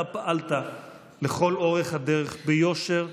אתה פעלת לכל אורך הדרך ביושר,